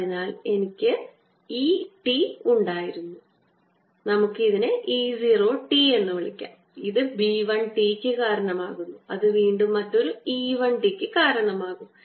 അതിനാൽ ആദ്യം എനിക്ക് E t ഉണ്ടായിരുന്നു നമുക്ക് ഇതിനെ E 0 t എന്ന് വിളിക്കാം ഇത് B 1 t ക്ക് കാരണമാകുന്നു അത് വീണ്ടും മറ്റൊരു E 1 t ക്ക് കാരണമാകും